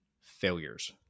failures